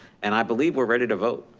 and i believe we're ready to vote.